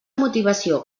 motivació